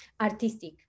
artistic